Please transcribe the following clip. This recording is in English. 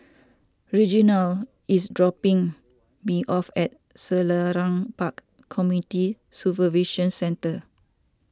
Reginald is dropping me off at Selarang Park Community Supervision Centre